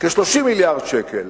כ-30 מיליארד שקל